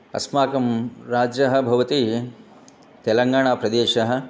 अस्माकं राज्यं भवति तेलङ्गाणाप्रदेशः